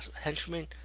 henchmen